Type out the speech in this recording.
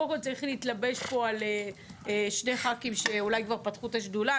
קודם כל צריך להתלבש פה על שני ח"כים שאולי כבר פתחו את השדולה.